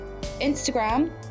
Instagram